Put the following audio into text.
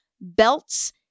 belts